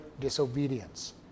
disobedience